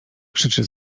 krzyczy